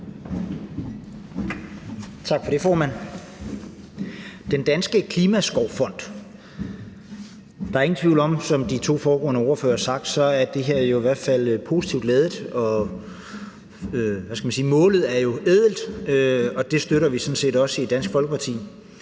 Tak for det, formand. I forhold til Den Danske Klimaskovfond er der ingen tvivl om, som de to foregående ordførere har sagt, at det her jo er positivt ladet. Målet er jo ædelt, og det støtter vi sådan set også i Dansk Folkeparti.